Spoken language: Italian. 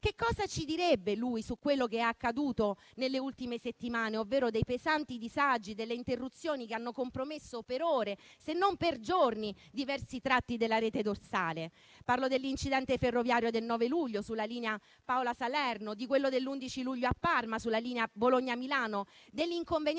Che cosa ci direbbe lui su quello che è accaduto nelle ultime settimane, ovvero dei pesanti disagi e delle interruzioni che hanno compromesso per ore, se non per giorni, diversi tratti della rete dorsale? Parlo dell'incidente ferroviario del 9 luglio sulla linea Salerno-Paola, di quello dell'11 luglio a Parma, sulla linea Milano-Bologna, dell'inconveniente